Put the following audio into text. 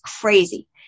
crazy